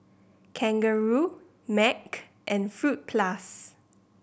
Kangaroo Mac and Fruit Plus